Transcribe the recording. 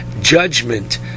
judgment